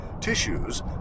tissues